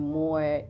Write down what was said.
more